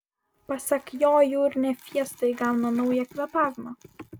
pasak jo jūrinė fiesta įgauna naują kvėpavimą